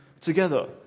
together